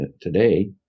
today